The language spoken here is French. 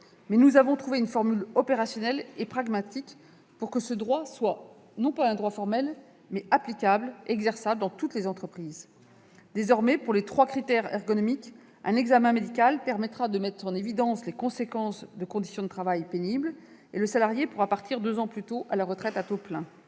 et nous avons trouvé une formule opérationnelle et pragmatique pour que ce droit ne soit pas seulement formel, mais qu'il puisse être exercé dans toutes les entreprises. Désormais, pour les trois critères ergonomiques, un examen médical permettra de mettre en évidence les conséquences de conditions de travail pénibles et le salarié pourra partir deux ans plus tôt à la retraite à taux plein.